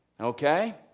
Okay